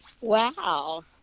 wow